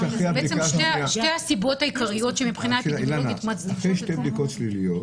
אילנה, אחרי שתי בדיקות שליליות,